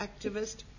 activist